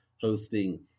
hosting